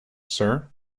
sir